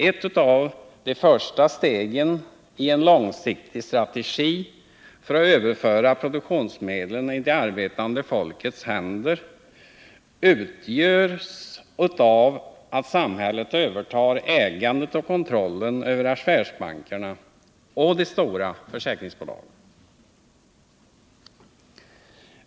Ett av de första stegen i en långsiktig strategi för överförande av produktionsmedlen i det arbetande folkets händer utgörs av att samhället övertar ägandet och kontrollen över affärsbankerna och de stora försäkringsbolagen.